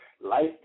life